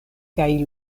kaj